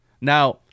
now